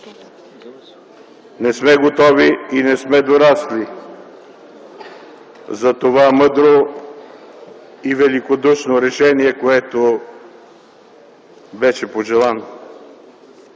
Не сме готови и не сме дорасли за това мъдро и великодушно решение, което беше пожелано.